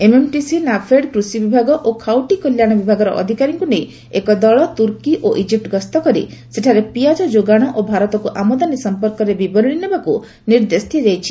MMTC NAFED କୃଷିବିଭାଗ ଓ ଖାଉଟି କଲ୍ୟାଣ ବିଭାଗର ଅଧିକାରୀଙ୍କୁ ନେଇ ଏକ ଦଳ ତୁର୍କି ଓ ଇଜିପୁ ଗସ୍ତ କରି ସେଠାରେ ପିଆଜ ଯୋଗାଣ ଓ ଭାରତକୁ ଆମଦାନୀ ସଂପର୍କରେ ବିବରଣୀ ନେବାକୁ ନିର୍ଦ୍ଦେଶ ଦିଆଯାଇଛି